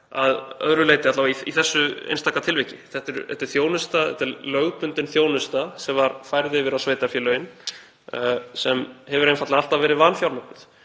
að öðru leyti, alla vega í þessu einstaka tilviki. Þetta er lögbundin þjónusta sem var færð yfir á sveitarfélögin sem hefur einfaldlega alltaf verið vanfjármögnuð